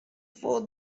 for